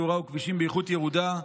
תאורה וכבישים באיכות ירודה,